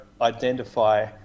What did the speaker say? identify